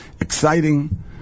exciting